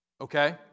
Okay